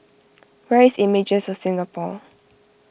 where is Images of Singapore